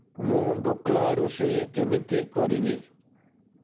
ମୁଁ ଢୋକ୍ଲା ରୋଷେଇ କେମିତି କରିବି